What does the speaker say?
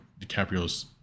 dicaprio's